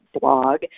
blog